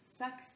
sex